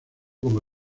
como